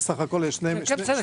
יש בסך הכול שתי רשויות.